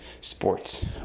sports